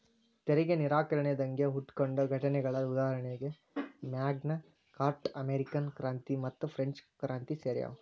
ತೆರಿಗೆ ನಿರಾಕರಣೆ ದಂಗೆ ಹುಟ್ಕೊಂಡ ಘಟನೆಗಳ ಉದಾಹರಣಿ ಮ್ಯಾಗ್ನಾ ಕಾರ್ಟಾ ಅಮೇರಿಕನ್ ಕ್ರಾಂತಿ ಮತ್ತುಫ್ರೆಂಚ್ ಕ್ರಾಂತಿ ಸೇರ್ಯಾವ